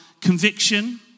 conviction